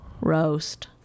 roast